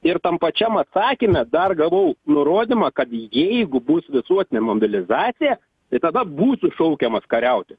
ir tam pačiam atsakyme dar gavau nurodymą kad jeigu bus visuotinė mobilizacija tai tada būsiu šaukiamas kariauti